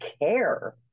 care